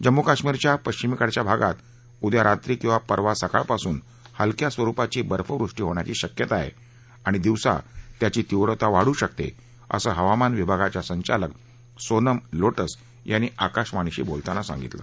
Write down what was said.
जम्मू काश्मीरच्या पश्विमेकडच्या भागात उद्या रात्री किंवा परवा सकाळपासून हलक्या स्वरूपाची बर्फवृष्टी होण्याची शक्यता आहे आणि दिवसा याची तीव्रता वाढू शकते असं हवामान विभागाच्या संचालक सोनम लोटस यांनी आकाशवाणीशी बोलताना सांगितलं